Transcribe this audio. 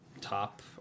top